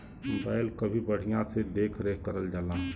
बैल क भी बढ़िया से देख रेख करल जाला